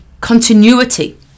continuity